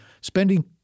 spending